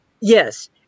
Yes